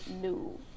new